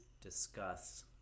discuss